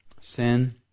Sin